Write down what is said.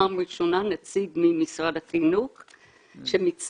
שפעם ראשונה יש נציג ממשרד החינוך שמצטרף.